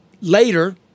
later